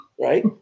right